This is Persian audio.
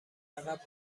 عقب